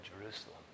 Jerusalem